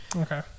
Okay